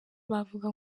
bavuga